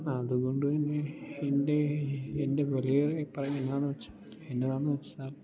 അതുകൊണ്ട് തന്നെ എൻ്റെ എൻ്റെ വലിയ ഒരു അഭിപ്രായം എന്താന്ന് വെച്ചാൽ എന്നതാന്ന് വെച്ചാൽ